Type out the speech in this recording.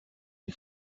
les